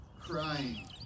crying